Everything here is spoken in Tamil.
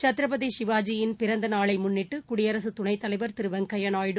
சத்ரபதி சிவாஜியின் பிறந்தநாளை முன்னிட்டு குடியரசுத் துணை தலைவர் திரு வெங்கய்ய நாயுடு